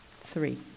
three